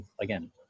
again